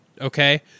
okay